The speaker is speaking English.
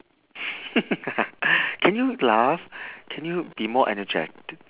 can you laugh can you be more energet~